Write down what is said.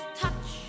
touch